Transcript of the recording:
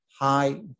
high